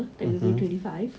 mmhmm